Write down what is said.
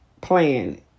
plan